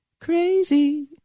Crazy